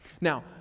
Now